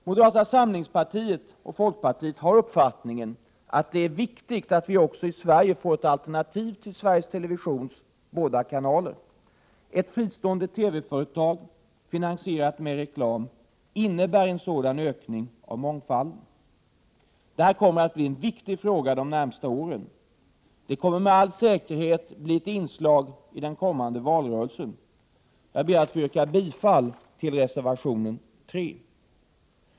Moderata samlingspartiet och folkpartiet har uppfattningen att det är viktigt att vi också i Sverige får ett alternativ till Sveriges televisions båda kanaler. Ett fristående TV-företag, finansierat med reklam, innebär en sådan ökning av mångfalden. Detta kommer att bli en viktig fråga de närmaste åren. Den kommer med all säkerhet att bli ett inslag i den kommande valrörelsen. Jag ber att få yrka bifall till reservation 3.